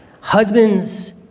Husbands